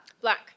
Black